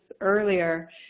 earlier